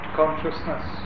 consciousness